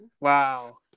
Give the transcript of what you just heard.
Wow